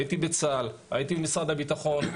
הייתי בצה"ל, הייתי במשרד הביטחון.